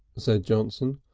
said johnson,